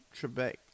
Trebek